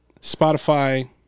Spotify